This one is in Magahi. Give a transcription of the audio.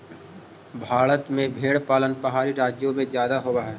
भारत में भेंड़ पालन पहाड़ी राज्यों में जादे होब हई